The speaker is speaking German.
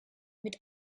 mit